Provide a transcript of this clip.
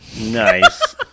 nice